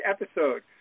episode